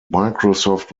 microsoft